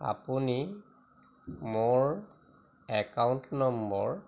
আপুনি মোৰ account number